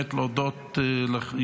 אני רוצה להודות לידידי,